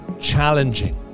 challenging